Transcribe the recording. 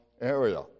area